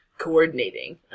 coordinating